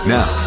Now